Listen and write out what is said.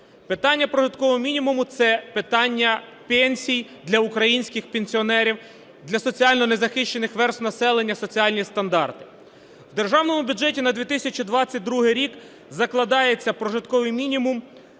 Питання прожиткового мінімуму – це питання пенсій для українських пенсіонерів, для соціально незахищених верств населення, соціальні стандарти. В Державному бюджеті на 2022 рік закладається прожитковий мінімум,